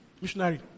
missionary